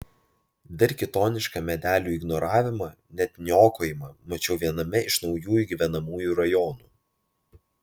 dar kitonišką medelių ignoravimą net niokojimą mačiau viename iš naujųjų gyvenamųjų rajonų